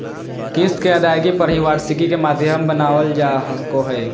किस्त के अदायगी पर ही वार्षिकी के माध्यम बनावल जा सको हय